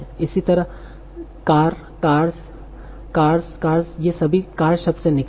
इसी तरह car cars car's cars' ये सभी कार शब्द से निकले हैं